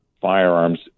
firearms